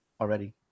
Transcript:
already